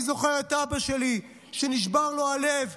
אני זוכר את אבא שלי, שנשבר לו הלב.